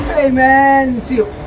a man you